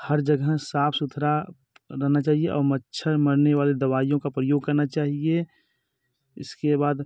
और हर जगह साफ़ सुथरा रहना चाहिए और मच्छर मरने वाली दवाइयों का प्रयोग करना चाहिए इसके बाद